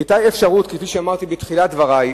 היתה אפשרות, כמו שאמרתי בתחילת דברי,